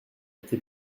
été